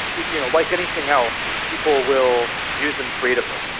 you know like anything else, people will use them creatively.